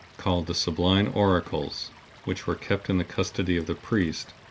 called the sibylline oracles which were kept in the custody of the priests,